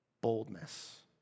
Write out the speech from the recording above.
Boldness